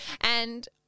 and-